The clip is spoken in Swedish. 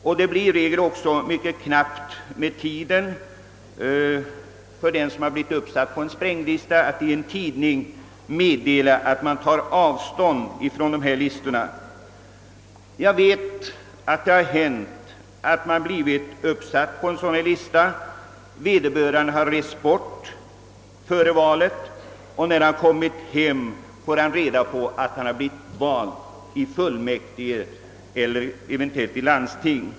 För den som blivit uppsatt på en spränglista blir tiden i regel mycket knapp att i en tidning meddela att han tar avstånd från spränglistan. Jag har i tidningen läst att personer som rest bort före valet uppsatts på spränglista. Då vederbörande kommit hem har han fått reda på att han blivit invald på denna lista.